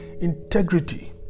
Integrity